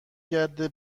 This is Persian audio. گرده